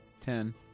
Ten